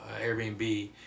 Airbnb